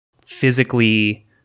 physically